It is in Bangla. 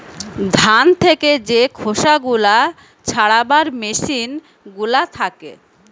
ধান থেকে যে খোসা গুলা ছাড়াবার মেসিন গুলা থাকে